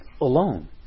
alone